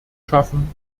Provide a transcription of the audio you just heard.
schaffen